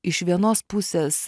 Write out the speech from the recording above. iš vienos pusės